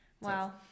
Wow